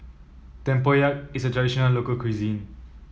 Tempoyak is a traditional local cuisine